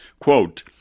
quote